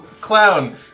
clown